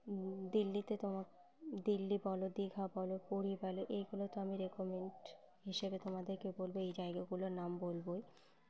দিল্লিতে তোমার দিল্লি বলো দীঘা বলো পুরী বলো এইগুলো তো আমি রেকমেন্ড হিসেবে তোমাদেরকে বলবো এই জায়গাগুলোর নাম বলবই